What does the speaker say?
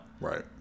right